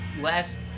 last